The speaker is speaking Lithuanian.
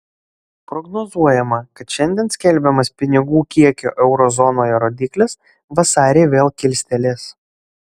prognozuojama kad šiandien skelbiamas pinigų kiekio euro zonoje rodiklis vasarį vėl kilstelės